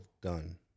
done